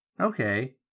Okay